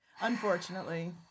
Unfortunately